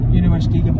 university